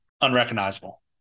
unrecognizable